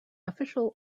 official